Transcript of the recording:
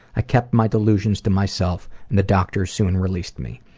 i kept my delusions to myself and the doctors soon released me.